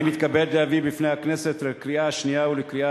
אני מתכבד להביא בפני הכנסת לקריאה שנייה ולקריאה